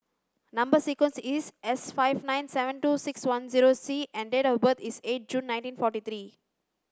number sequence is S five nine seven two six one zero C and date of birth is eight June nineteen forty three